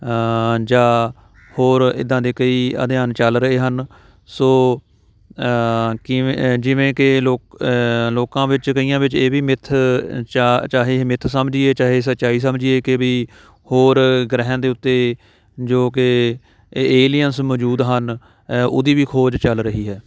ਜਾਂ ਹੋਰ ਇੱਦਾਂ ਦੇ ਕਈ ਅਧਿਐਨ ਚੱਲ ਰਹੇ ਹਨ ਸੋ ਕਿਵੇਂ ਜਿਵੇਂ ਕਿ ਲੋਕ ਲੋਕਾਂ ਵਿੱਚ ਕਈਆਂ ਵਿੱਚ ਇਹ ਵੀ ਮਿੱਥ ਚਾ ਚਾਹੇ ਮਿੱਥ ਇਹ ਸਮਝੀਏ ਚਾਹੇ ਸੱਚਾਈ ਸਮਝੀਏ ਕਿ ਵੀ ਹੋਰ ਗ੍ਰਹਿਆਂ ਦੇ ਉੱਤੇ ਜੋ ਕਿ ਏ ਏਲੀਅੰਨਸ ਮੌਜੂਦ ਹਨ ਉਹਦੀ ਵੀ ਖੋਜ ਚੱਲ ਰਹੀ ਹੈ